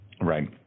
right